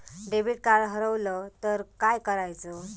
Debit card हरवल तर काय करायच?